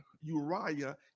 Uriah